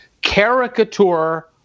caricature